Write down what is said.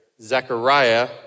Zechariah